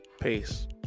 Peace